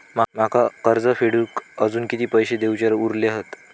माका कर्ज फेडूक आजुन किती पैशे देऊचे उरले हत?